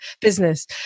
business